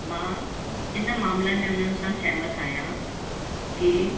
मां हिन मामिलनि में उन्हनि सां सहमत आहियां की